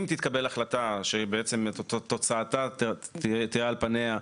אם תתקבל החלטה שבעצם תוצאתה תהיה על פניה,